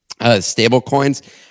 stablecoins